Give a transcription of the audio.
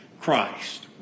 Christ